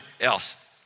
else